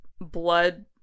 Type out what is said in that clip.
blood